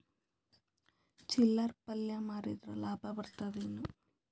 ಚಿಲ್ಲರ್ ಪಲ್ಯ ಮಾರಿದ್ರ ಲಾಭ ಬರತದ ಏನು?